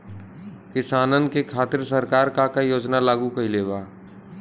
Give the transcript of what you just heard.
किसानन के खातिर सरकार का का योजना लागू कईले बा?